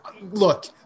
look